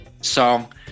song